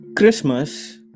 Christmas